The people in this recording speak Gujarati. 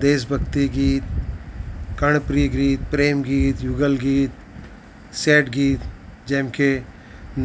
દેશભક્તિ ગીત કર્ણપ્રિય ગીત પ્રેમ ગીત યુગલ ગીત સૅડ ગીત જેમ કે